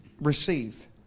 receive